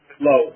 Low